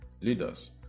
leaders